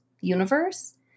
universe